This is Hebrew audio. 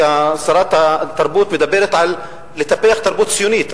כי שרת התרבות מדברת על לטפח תרבות ציונית,